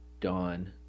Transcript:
Dawn